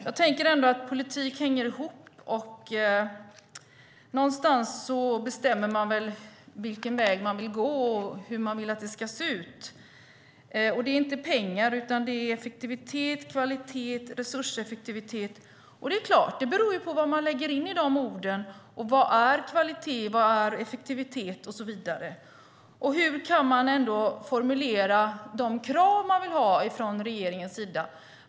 Jag tänker ändå att politik hänger ihop, och någonstans bestämmer man väl vilken väg man vill gå och hur man vill att det ska se ut. Det är inte pengar utan effektivitet, kvalitet och resurseffektivitet som är det viktiga, menar ministern. Det beror på vad man lägger in i de orden. Vad är kvalitet, vad är effektivitet och så vidare? Hur formulerar man de krav man vill ha från regeringens sida?